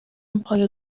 پای